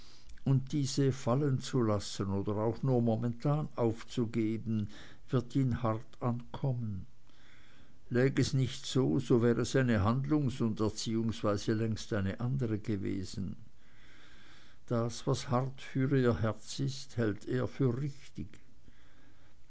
und diese fallenzulassen oder auch nur momentan aufzugeben wird ihn hart ankommen läg es nicht so so wäre seine handlungs und erziehungsweise längst eine andere gewesen das was hart für ihr herz ist hält er für richtig